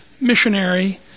missionary